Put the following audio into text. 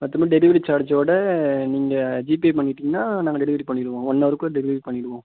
மற்றபடி டெலிவரி சார்ஜோடு நீங்கள் ஜிபே பண்ணிவிட்டீங்கன்னா நாங்கள் டெலிவரி பண்ணிவிடுவோம் ஒன் ஹவருக்குள்ளே டெலிவரி பண்ணிவிடுவோம்